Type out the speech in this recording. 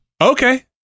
Okay